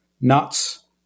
nuts